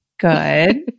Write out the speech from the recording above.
good